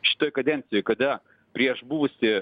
šitoj kadencijoj kada prieš buvusį